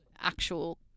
actual